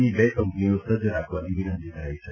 ની બે કંપનીઓ સજ્જ રાખવાની વિનંતી કરાઇ છે